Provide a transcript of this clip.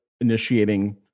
initiating